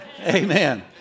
Amen